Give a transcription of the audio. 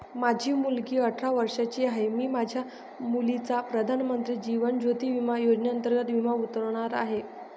माझी मुलगी अठरा वर्षांची आहे, मी माझ्या मुलीचा प्रधानमंत्री जीवन ज्योती विमा योजनेअंतर्गत विमा उतरवणार आहे